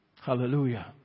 Hallelujah